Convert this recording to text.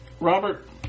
Robert